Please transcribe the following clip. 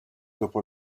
dopo